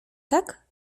tak